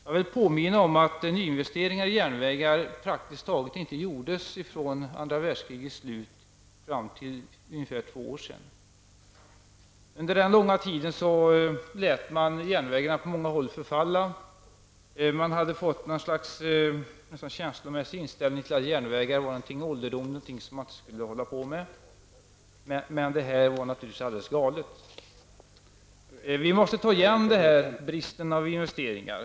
Jag vill påminna om att nyinvesteringar i järnvägar praktiskt taget inte gjordes från andra världskrigets slut fram till för ungefär två år sedan. Under den långa tiden lät man på många håll järnvägen förfalla. Man hade fått något slags känslomässig inställning att järnvägar var någonting ålderdomligt och någonting som man inte skulle hålla på med. Men detta var naturligtvis alldeles galet. Vi måste ta igen denna brist på investeringar.